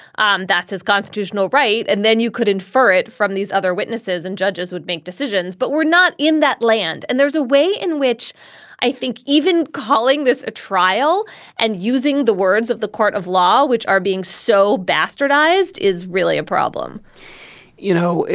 um that's his constitutional right. and then you could infer it from these other witnesses and judges would make decisions. but we're not in that land. and there's a way in which i think even calling this a trial and using the words of the court of law, which are being so bastardized, is really a problem you know,